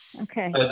Okay